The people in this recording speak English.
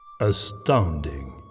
Astounding